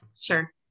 Sure